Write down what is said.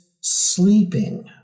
sleeping